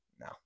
No